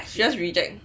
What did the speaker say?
she just reject